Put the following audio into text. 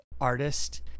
artist